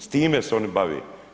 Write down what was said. S time se oni bave.